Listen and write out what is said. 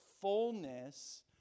fullness